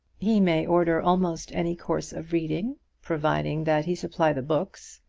he may order almost any course of reading providing that he supply the books.